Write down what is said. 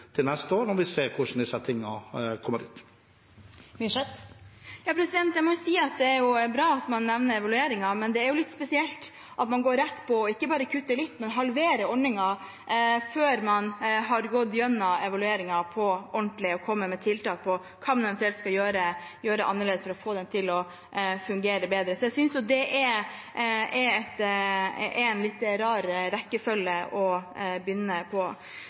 neste år, når vi ser hvordan disse tingene kommer ut. Det er bra at han nevner evalueringen, men det er jo litt spesielt at man går rett på, og ikke bare kutter litt, men halverer ordningen før man har gått ordentlig igjennom evalueringen og kommet med forslag til hva man eventuelt kan gjøre annerledes for å få den til å fungere bedre. Jeg synes det er en litt rar ende å begynne